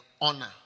honor